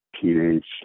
teenage